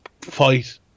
fight